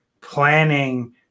planning